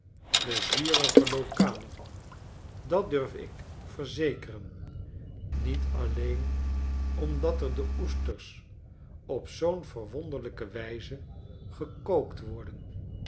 pleizierige lokalen dat durf ik verzekeren niet alleen omdat er de oesters op zoo'n verwonderlijke wijze gekookt worden